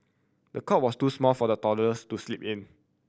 the cot was too small for the toddlers to sleep in